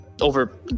over